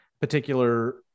particular